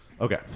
okay